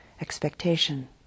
expectation